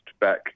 back